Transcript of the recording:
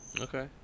Okay